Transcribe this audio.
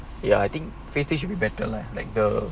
ya I think phase three should be better lah like the